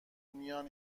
میان